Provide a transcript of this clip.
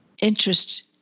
interest